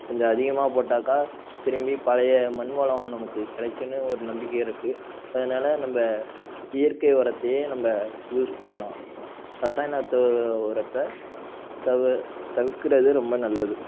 கொஞ்சம் அதிகமாக போட்டாக்கா திரும்பி பழைய மண் வளம் நமக்கு கிடைக்குன்னு ஒரு நம்பிக்கையிருக்கு அதனால் நம்ப இயற்கை ஒரத்தையே நம்ப யூஸ் பண்ணலாம் ரசாயினத்த ஒரத்த தவிர் தவிக்கறது ரொம்ப நல்லது